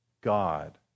God